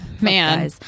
man